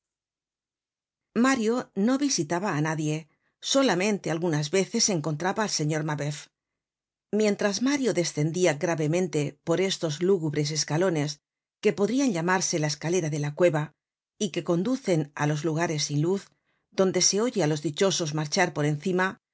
mario no visitaba á nadie solamente algunas veces encontraba al señor mabeuf mientras mario descendia gravemente por estos lúgubres escalones que podrian llamarse la escalera de la cueva y que conducen á los lugares sin luz donde se oye á los dichosos marchar por encima